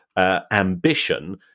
Ambition